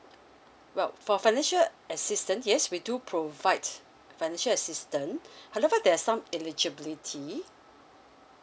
well for financial assistant yes we do provide financial assistant however there are some eligibility